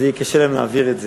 אז יהיה להם קשה להעביר את זה.